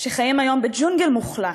אחריה, חבר הכנסת ג'מאל זחאלקה.